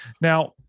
Now